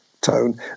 tone